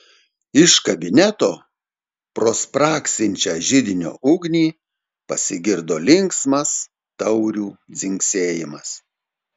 iš kabineto pro spragsinčią židinio ugnį pasigirdo linksmas taurių dzingsėjimas